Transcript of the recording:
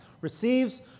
receives